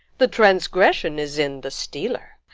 the transgression is in the stealer.